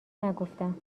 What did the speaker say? نگفتم